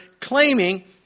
claiming